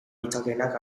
ditzakeenak